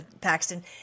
Paxton—